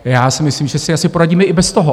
Já si myslím, že si asi poradíme i bez toho.